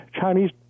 Chinese